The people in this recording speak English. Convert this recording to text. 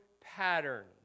patterns